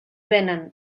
venen